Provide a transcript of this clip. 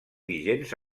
vigents